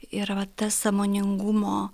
yra ta sąmoningumo